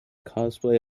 cosplay